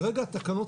כרגע התקנות,